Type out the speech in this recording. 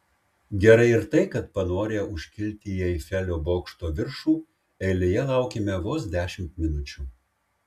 gerai ir tai kad panorę užkilti į eifelio bokšto viršų eilėje laukėme vos dešimt minučių